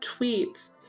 tweets